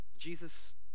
Jesus